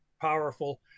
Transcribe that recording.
powerful